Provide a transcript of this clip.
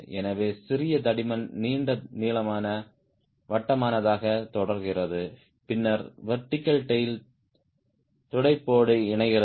எனவே சிறிய தடிமன் நீண்ட நீளமான வட்டமானதாக தொடர்கிறது பின்னர் வெர்டிகல் டேய்ல் துடைப்போடு இணைகிறது